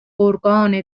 گرگان